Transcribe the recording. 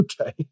Okay